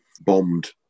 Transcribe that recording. bombed